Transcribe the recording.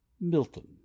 Milton